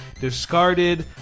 discarded